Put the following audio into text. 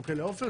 והוא כלא עופר,